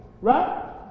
Right